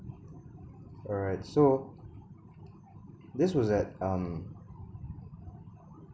alright so this was at um